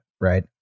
right